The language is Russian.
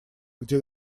где